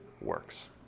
works